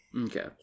Okay